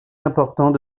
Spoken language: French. important